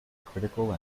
critical